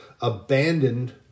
abandoned